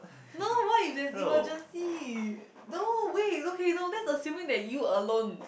no what if there's emergency no wait okay no that's assuming that you alone